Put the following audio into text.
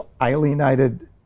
alienated